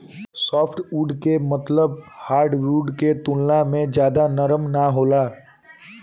softwood के मतलब hardwood के तुलना में ज्यादा नरम ना होला